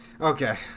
okay